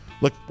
Look